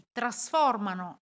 trasformano